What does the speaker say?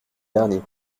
dernier